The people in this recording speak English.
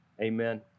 Amen